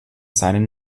seinen